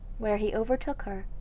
where he overtook her,